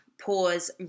pause